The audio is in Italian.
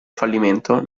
fallimento